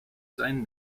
sein